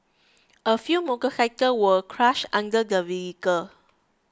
a few motorcycle were crushed under the vehicle